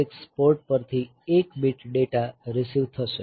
6 port પરથી 1 bit data receive થશે